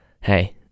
hey